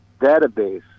database